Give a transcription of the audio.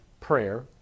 prayer